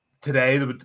today